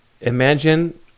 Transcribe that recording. imagine